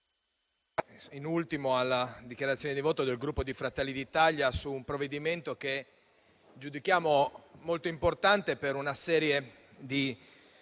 da ultimo, alla dichiarazione di voto del Gruppo Fratelli d'Italia su un provvedimento che giudichiamo molto importante per una serie di